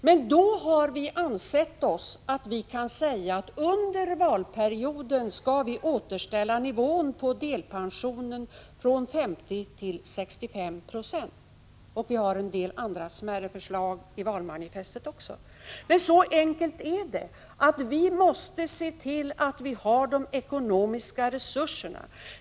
Men vi har ansett oss kunna säga att vi under valperioden skall återställa nivån för delpensionen från 50 till 65 96. Vi hade också en del andra smärre förslag i valmanifestet. Så enkelt är det: Vi måste se till att vi har de ekonomiska resurserna.